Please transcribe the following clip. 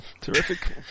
terrific